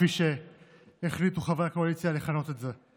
כפי שהחליטו חברי הקואליציה לכנות את זה.